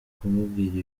kumubwira